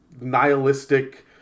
nihilistic